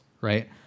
right